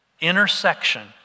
intersection